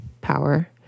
power